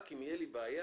רק אם תהיה בעיה,